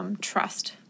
trust